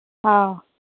ꯑꯧ